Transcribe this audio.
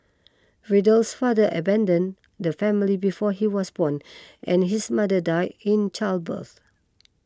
Riddle's father abandoned the family before he was born and his mother died in childbirth